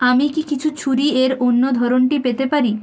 আমি কি কিছু ছুরি এর অন্য ধরনটি পেতে পারি